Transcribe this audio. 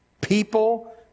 People